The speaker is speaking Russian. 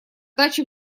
даче